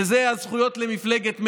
וזה הזכויות למפלגת מרצ.